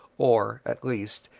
or, at least,